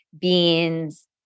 beans